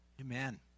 Amen